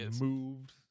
moved